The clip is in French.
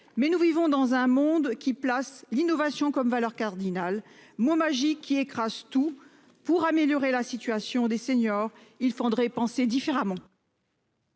Mais nous vivons dans un monde qui place l'innovation comme valeur cardinale mot magique qui écrase tout. Pour améliorer la situation des seniors, il faudrait penser différemment.